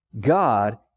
God